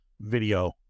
video